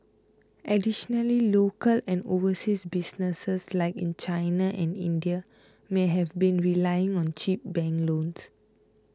additionally local and overseas businesses like in China and India may have been relying on cheap bank loans